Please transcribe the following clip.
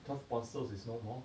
twelve apostles is no more